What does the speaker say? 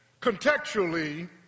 contextually